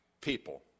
people